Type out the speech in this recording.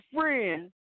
friend